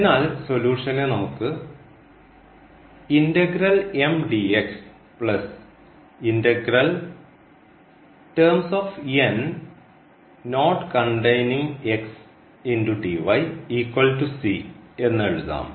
ഇതിനാൽ സൊലൂഷനെ നമുക്ക് എന്ന് എഴുതാം